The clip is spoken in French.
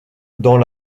dans